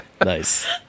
Nice